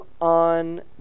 on